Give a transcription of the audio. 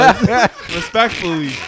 respectfully –